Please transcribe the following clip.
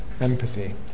empathy